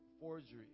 forgery